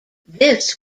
this